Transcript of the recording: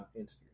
Instagram